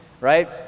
right